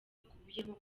ikubiyemo